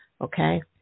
okay